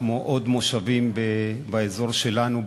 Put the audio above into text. כמו עוד מושבים באזור שלנו,